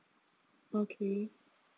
okay